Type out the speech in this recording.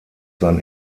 sein